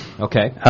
okay